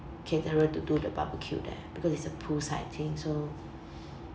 caterer to do the barbecue there because it's a poolside thing so